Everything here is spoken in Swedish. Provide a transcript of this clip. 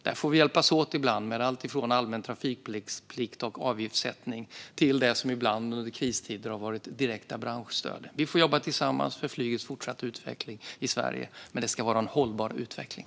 Där får vi hjälpas åt ibland, med alltifrån allmän trafikplikt och avgiftssättning till det som ibland under kristider har varit direkta branschstöd. Vi får jobba tillsammans för flygets fortsatta utveckling i Sverige - men det ska vara en hållbar utveckling.